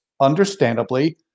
understandably